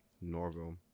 Norville